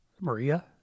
Maria